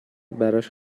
براش